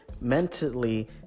mentally